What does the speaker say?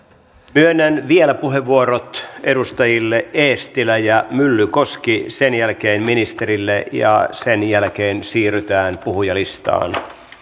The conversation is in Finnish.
myönnän vielä puheenvuorot edustajille eestilä ja myllykoski sen jälkeen ministerille ja sen jälkeen siirrytään puhujalistaan